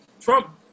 Trump